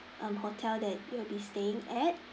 um hotel that you will be staying at